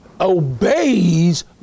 obeys